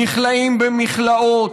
נכלאים במכלאות.